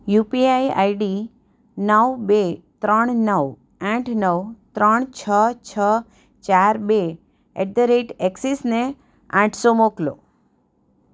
UPI ID નવ બે ત્રણ નવ આઠ નવ ત્રણ છ છ ચાર બે એટ ધ રેટ એક્સિસને આઠસો મોકલો